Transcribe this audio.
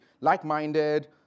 Like-minded